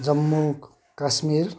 Jammu Kashmir